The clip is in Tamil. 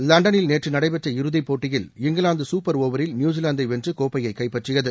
லண்டனில் நேற்று நடைபெற்ற இறுதிப்போட்டியில் இங்கிலாந்து சூப்பர் ஓவரில் நியுசிலாந்தை வென்று கோப்பையைக் கைப்பற்றியது